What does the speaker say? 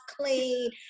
clean